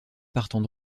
partant